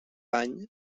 bany